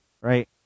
Right